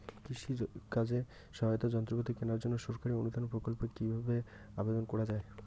কৃষি কাজে সহায়তার যন্ত্রপাতি কেনার জন্য সরকারি অনুদান প্রকল্পে কীভাবে আবেদন করা য়ায়?